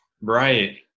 Right